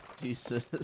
Jesus